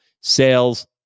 sales